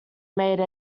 made